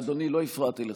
אדוני, לא הפרעתי לך.